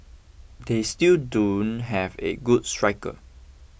they still don't have a good striker